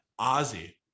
Ozzy